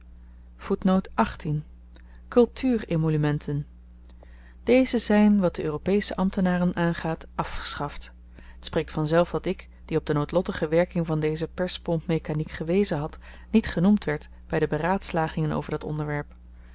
kultuur emolumenten deze zyn wat de europesche ambtenaren aangaat afgeschaft t spreekt vanzelf dat ik die op de noodlottige werking van deze perspompmekaniek gewezen had niet genoemd werd by de beraadslagingen over dat onderwerp